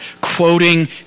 quoting